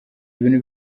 ibintu